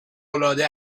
العاده